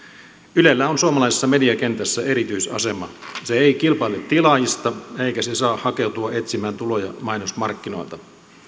ylellä on suomalaisessa mediakentässä erityisasema se ei kilpaile tilaajista eikä se saa hakeutua etsimään tuloja mainosmarkkinoilta